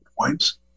points